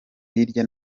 hirya